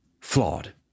flawed